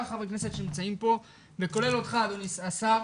חברי הכנסת שנמצאים פה וכולל אותך אדוני השר,